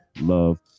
love